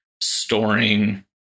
storing